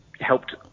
helped